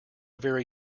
very